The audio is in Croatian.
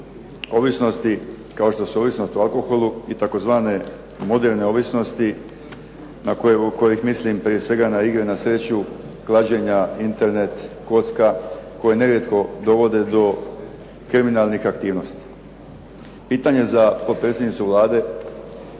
ovisnosti kao što su ovisnost o alkoholu, i tzv. moderne ovisnosti na koje, od kojih mislim prije svega na igre na sreću, klađenja, Internet, kocka, koje nerijetko dovode do kriminalnih aktivnosti. Pitanje za potpredsjednicu Vlade